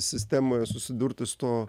sistemoje susidurti su tuo